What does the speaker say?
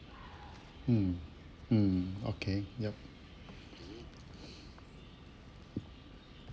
mm mm okay yup